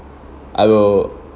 I will